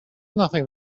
nothing